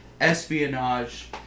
espionage